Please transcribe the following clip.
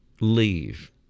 leave